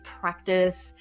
practice